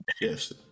Yes